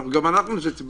גם אנחנו אנשי ציבור.